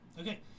Okay